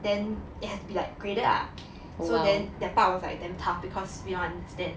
then it has to be like graded lah so then the part was like damn tough because we don't understand